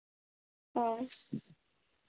ᱦᱳᱭ